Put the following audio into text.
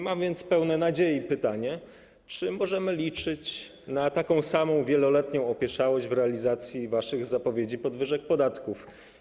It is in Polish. Mam więc pełne nadziei pytanie: Czy możemy liczyć na taką samą wieloletnią opieszałość w realizacji waszych zapowiedzi dotyczących podwyżek podatków?